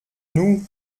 nous